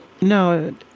No